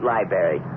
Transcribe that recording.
Library